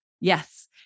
Yes